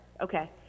Okay